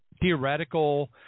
theoretical